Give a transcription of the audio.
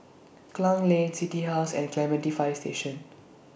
Klang Lane City House and Clementi Fire Station